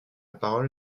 parole